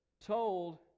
told